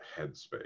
Headspace